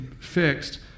fixed